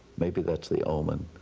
maybe that's the omen,